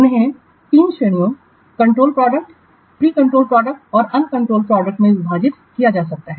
उन्हें तीन श्रेणियों कंट्रोल्ड प्रोडक्ट्स प्रिकंट्रोल प्रोडक्ट्स और अनकंट्रोल्ड प्रोडक्ट्स में विभाजित किया जा सकता है